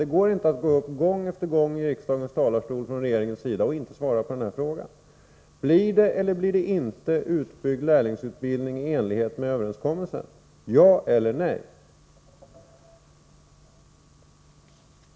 Det går inte att från regeringens sida gång på gång gå upp i kammarens talarstol utan att svara på den här frågan: Blir det eller blir det inte en utbyggd lärlingsutbildning i enlighet med överenskommelsen? — ja eller nej!